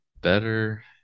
Better